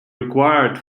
required